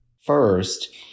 First